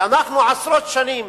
אנחנו עשרות שנים